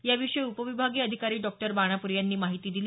याविषयी उपविभागीय अधिकारी डॉ बाणापुरे यांनी माहिती दिली